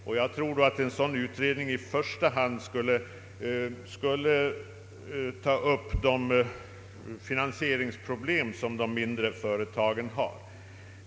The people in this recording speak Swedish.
En sådan utredning skulle i första hand kunna ta upp de mindre företagens finansieringsproblem.